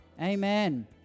Amen